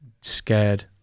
scared